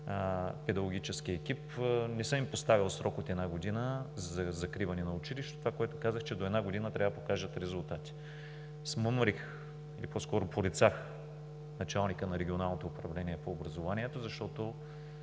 педагогическия екип. Не съм им поставил срок от една година за закриване на училището. Това, което казах, е, че до една година трябва да покажат резултати. Порицах началника на Регионалното управление по образованието, защото